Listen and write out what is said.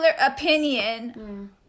opinion